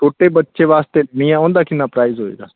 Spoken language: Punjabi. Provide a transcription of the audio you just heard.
ਛੋਟੇ ਬੱਚੇ ਵਾਸਤੇ ਨਹੀਂ ਆ ਉਹਦਾ ਕਿੰਨਾ ਪ੍ਰਾਈਜ਼ ਹੋਏਗਾ